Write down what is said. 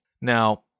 Now